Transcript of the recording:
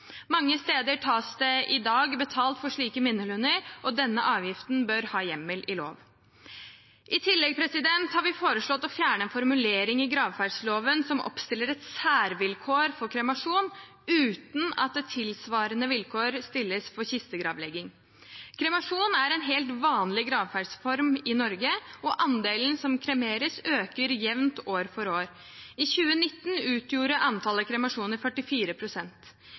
Mange steder tas det i dag betalt for slike minnelunder, og denne avgiften bør ha hjemmel i lov. I tillegg har vi foreslått å fjerne en formulering i gravferdsloven som oppstiller et særvilkår for kremasjon uten at det tilsvarende vilkåret stilles for kistegravlegging. Kremasjon er en helt vanlig gravferdsform i Norge, og andelen som kremeres, øker jevnt år for år. I 2019 utgjorde antallet kremasjoner